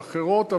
אחרות,